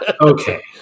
Okay